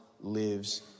lives